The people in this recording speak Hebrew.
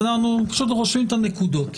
אנחנו פשוט רושמים את הנקודות.